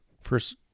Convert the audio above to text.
first